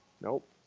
Nope